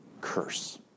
curse